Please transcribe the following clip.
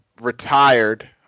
retired